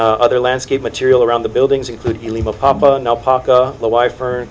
other landscape material around the buildings including the wife fern